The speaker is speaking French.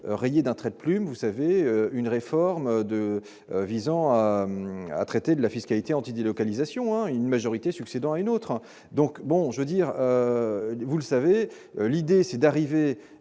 rayer d'un trait de plume, vous savez, une réforme de visant à traiter de la fiscalité antidélocalisation moins une majorité succédant à une autre, donc bon, je veux dire, vous le savez, l'idée c'est d'arriver